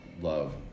love